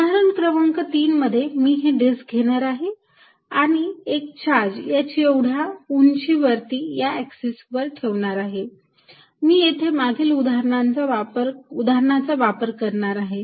उदाहरण 3 मध्ये मी ही डिस्क घेणार आहे आणि एक चार्ज h एवढ्या उंची वरती या एक्सिस वर ठेवणार आहे मी येथे मागील उदाहरणाचा वापर करणार आहे